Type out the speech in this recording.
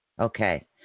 Okay